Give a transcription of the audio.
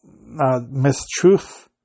mistruth